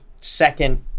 second